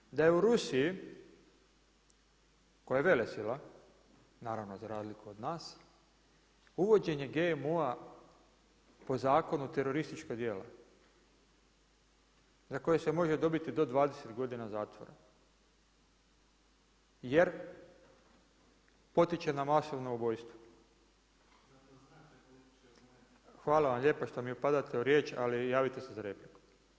Da li znate, da je u Rusiji, koja je velesila, naravno, za razliku od nas, uvođenje GMO-a po zakonu terorističko djelo, za koje se može dobiti do 20 godina zatvora, jer potiče na masovno ubojstvo … [[Upadica se ne čuje.]] Hvala vam lijepa što mi upada u riječ ali javite se za repliku.